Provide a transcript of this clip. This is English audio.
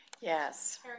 Yes